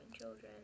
children